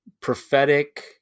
prophetic